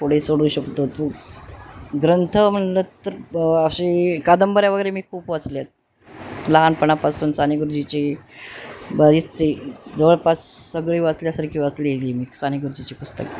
कोडे सोडवू शकतो तू ग्रंथ म्हटलं तर अशी कादंबऱ्या वगैरे मी खूप वाचले आहेत लहानपणापासून साने गुरुजीची बरीचशी जवळपास सगळी वाचल्यासारखी वाचलेली आहे मी साने गुरुजीची पुस्तके